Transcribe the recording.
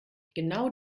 genau